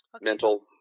mental